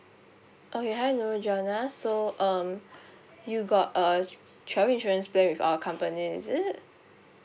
okay hi nurul janna so um you got a travel insurance plan with our company is it